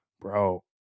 Bro